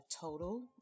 Total